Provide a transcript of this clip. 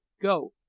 go,